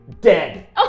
Dead